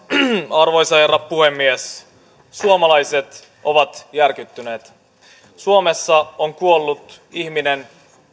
arvoisa herra puhemies suomalaiset ovat järkyttyneet suomessa on kuollut ihminen